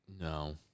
No